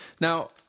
Now